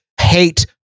hate